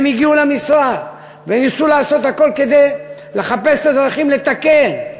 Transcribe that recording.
הן הגיעו למשרד וניסו לעשות הכול כדי לחפש את הדרכים לתקן.